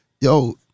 yo